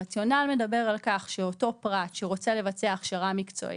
הרציונל מדבר על כך שאותו פרט שרוצה לבצע הכשרה מקצועית,